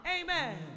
amen